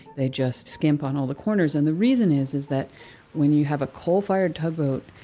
they just skimp on all the corners. and the reason is, is that when you have a coal-fired tugboat,